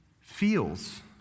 feels